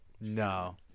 no